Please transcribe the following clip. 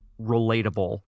relatable